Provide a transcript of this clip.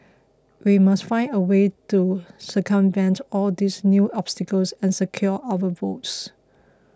we must find a way to circumvent all these new obstacles and secure our votes